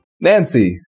Nancy